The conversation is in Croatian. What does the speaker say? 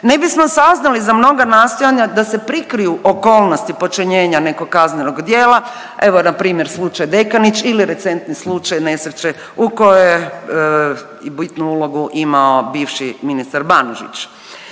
ne bismo saznali za mnoga nastojanja da se prikriju okolnosti počinjena nekog kaznenog djela. Evo, npr. slučaj Dekanić ili recentni slučaj nesreće u kojoj i bitnu ulogu imao bivši ministar Banožić.